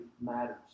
matters